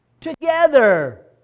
together